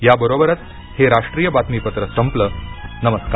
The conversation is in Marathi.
याबरोबरच हे राष्ट्रीय बातमीपत्र संपलं नमस्कार